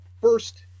first